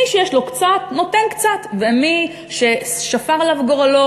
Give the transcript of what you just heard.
מי שיש לו קצת נותן קצת ומי ששפר עליו גורלו